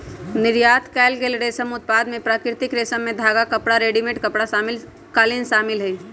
निर्यात कएल गेल रेशम उत्पाद में प्राकृतिक रेशम के धागा, कपड़ा, रेडीमेड कपड़ा, कालीन शामिल हई